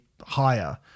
higher